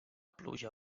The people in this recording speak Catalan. pluja